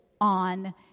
on